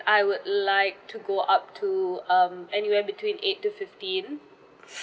I would like to go up to um anywhere between eight to fifteen